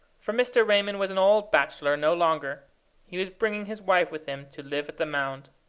for mr. raymond was an old bachelor no longer he was bringing his wife with him to live at the mound.